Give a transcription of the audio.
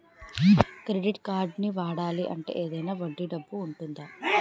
Credit కార్డ్ని వాడాలి అంటే ఏదైనా వడ్డీ డబ్బు ఉంటుందా?